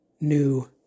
new